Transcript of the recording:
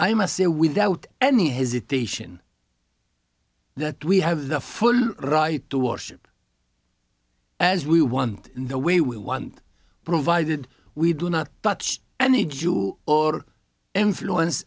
i must say without any hesitation that we have the full right to worship as we want in the way we want provided we do not touch any jew or influence